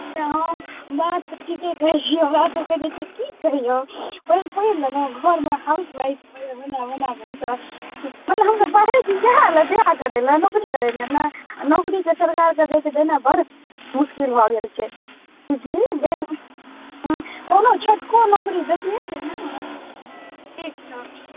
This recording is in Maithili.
अच्छा हँ बात तऽ ठीके कहै छी हमरासबके जे छै कि कहिओ सब पढ़ि लेलहुँ घरमे हाउसवाइफ बनि बनाकऽ बैसल मतलब हमसब पढ़ल छी बिआह करैलए नौकरी करैलए नहि आओर नौकरीके सरकार जे छै देने बड्ड मोसकिल भऽ गेल छै हँ कोनो छोटको नौकरी देतिए ने ठीक छौ